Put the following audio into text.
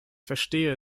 verstehe